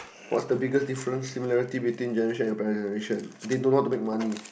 what's the biggest difference similarity between generation and your parent's generation they don't know how to make money